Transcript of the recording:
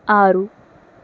ఆరు